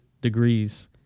degrees